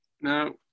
Now